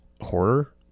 horror